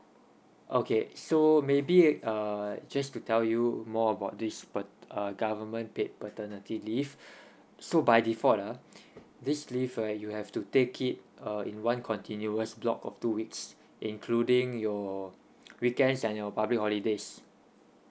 okay so maybe err just to tell you more about this pat~ uh government paid paternity leave so by default ah this leave ah you have to take it uh in one continuous block of two weeks including your weekends and your public holidays